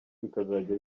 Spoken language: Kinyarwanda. bikazajya